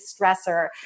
stressor